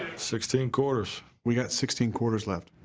sixteen quarters. we've got sixteen quarters left.